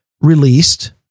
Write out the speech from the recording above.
released